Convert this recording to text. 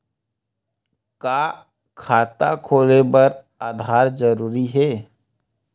का खाता खोले बर आधार जरूरी हे?